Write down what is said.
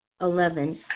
Eleven